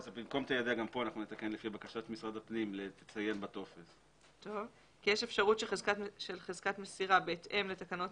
כי יש אפשרות שחזקת מסירה בהתאם לתקנות